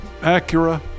Acura